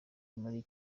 muri